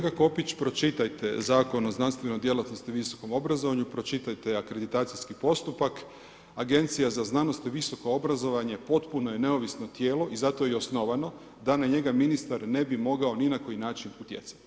Dakle, kolega Kopić, pročitajte Zakon o znanstvenoj djelatnosti u visokom obrazovanju, pročitajte akreditacijski postupak, Agencija za znanost i visoko obrazovanje, potpuno je neovisno tijelo i zato je i osnovano da na njega ministar ne bi mogao ni na koji način utjecati.